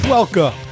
Welcome